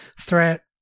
threat